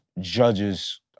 judges